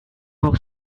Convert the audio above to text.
more